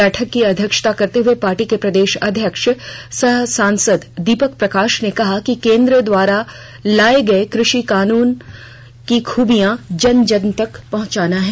बैठक की अध्यक्षता करते हुए पार्टी के प्रदेश अध्यक्ष सह सांसद दीपक प्रकाश ने कहा कि केन्द्र द्वारा लाये गये कृषि सुधार कानूनों की खूबियां जन जन तक पहुंचाना है